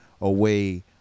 away